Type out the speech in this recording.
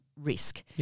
risk